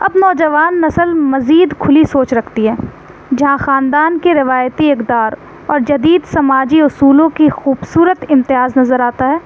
اب نوجوان نسل مزید کھلی سوچ رکھتی ہے جہاں خاندان کے روایتی اقدار اور جدید سماجی اصولوں کی خوبصورت امتیاز نظر آتا ہے